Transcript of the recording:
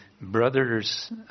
brothers